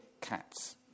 cats